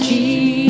Jesus